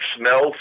smells